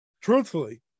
truthfully